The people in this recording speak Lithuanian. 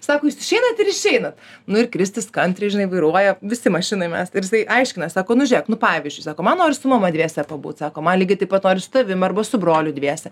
sako jūs išeinat ir išeinat nu ir kristis kantriai žinai vairuoja visi mašinoj mes ir jisai aiškina sako nu žėk nu pavyzdžiui sako man noris su mama dviese pabūt sako man lygiai taip pat noris su tavim arba su broliu dviese